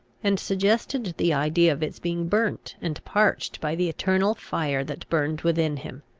and suggested the idea of its being burnt and parched by the eternal fire that burned within him.